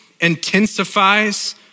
intensifies